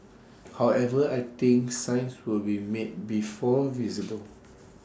however I think signs would be made before visible